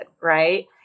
right